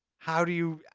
how do you,